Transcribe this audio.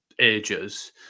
ages